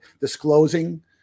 disclosing